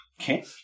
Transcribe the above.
Okay